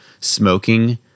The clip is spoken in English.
smoking